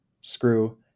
screw